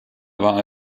war